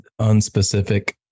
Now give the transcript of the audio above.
unspecific